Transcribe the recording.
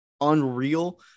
unreal